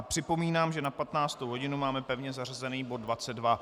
Připomínám, že na 15. hodinu máme pevně zařazený bod 22.